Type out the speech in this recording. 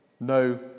no